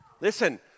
Listen